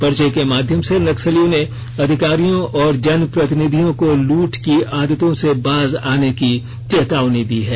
पर्चे के माध्यम से नक्सलियों ने अधिकारियों और जनप्रतिनिधियों को लूट की आदतों से बाज आने की चेतावनी दी है